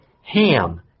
Ham